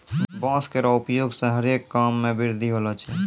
बांस केरो उपयोग सें हरे काम मे वृद्धि होलो छै